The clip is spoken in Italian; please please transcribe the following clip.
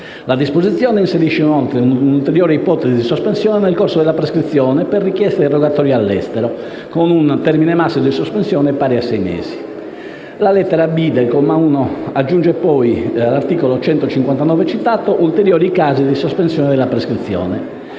La disposizione inoltre inserisce un'ulteriore ipotesi di sospensione del corso della prescrizione: per richiesta di rogatoria all'estero con un termine massimo di sospensione pari a sei mesi. La lettera *b)* del comma 1 aggiunge poi all'articolo 159 citato ulteriori casi di sospensione della prescrizione.